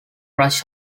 rush